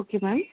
okay ma'am